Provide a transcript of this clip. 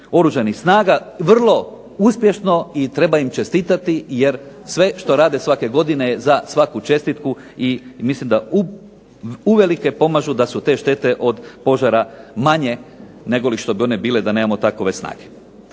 Oružanih snaga vrlo uspješno i treba im čestiti, jer sve što rade svake godine je za svaku čestitku i mislim da uvelike pomažu da su te štete od požara manje nego što bi bile da nemamo takove snage.